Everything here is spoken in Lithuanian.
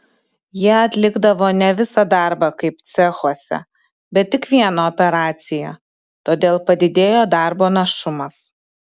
jie atlikdavo ne visą darbą kaip cechuose bet tik vieną operaciją todėl padidėjo darbo našumas